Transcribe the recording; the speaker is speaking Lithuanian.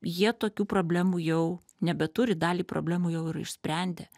jie tokių problemų jau nebeturi dalį problemų jau yra išsprendę